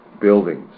buildings